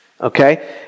Okay